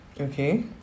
Okay